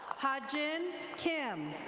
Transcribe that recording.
hadjin kim.